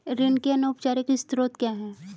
ऋण के अनौपचारिक स्रोत क्या हैं?